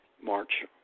March